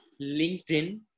LinkedIn